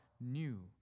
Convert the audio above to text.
new